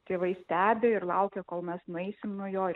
tėvai stebi ir laukia kol mes nueisim nuo jo ir